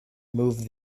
move